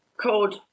called